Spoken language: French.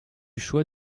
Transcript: choix